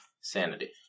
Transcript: sanity